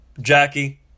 Jackie